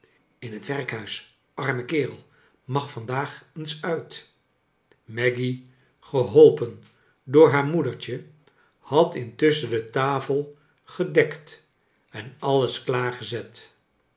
in het werkhuis arme kerel mag vandaag eens uit maggy geholpen door haar moedertje had intusschen de tafel gedekt en alles klaar